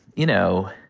you know,